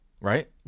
right